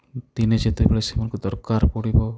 ଦିନେ ଯେତେବେଳେ ସେମାନଙ୍କୁ ଦରକାର ପଡ଼ିବ